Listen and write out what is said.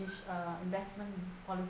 which uh investment poli~